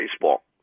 baseball